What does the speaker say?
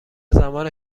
زبان